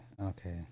okay